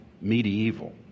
medieval